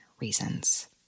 reasons